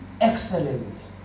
excellent